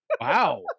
Wow